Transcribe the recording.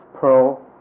pearl